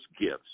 gifts